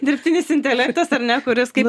dirbtinis intelektas ar ne kuris kaip